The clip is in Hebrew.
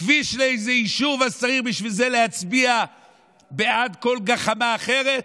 כביש לאיזה יישוב אז צריך בשביל זה להצביע בעד כל גחמה אחרת?